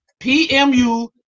PMU